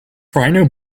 rhino